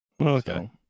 Okay